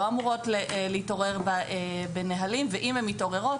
אמורות להתעורר בנהלים ואם הן מתעוררות,